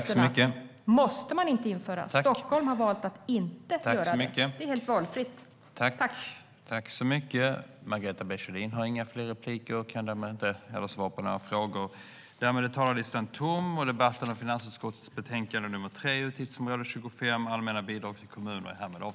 Stockholm har valt att inte göra det. Det är helt valfritt.